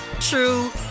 true